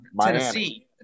Tennessee